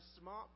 smart